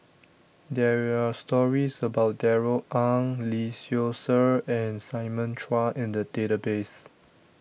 there are stories about Darrell Ang Lee Seow Ser and Simon Chua in the database